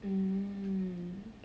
mm